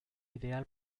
ideal